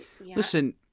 Listen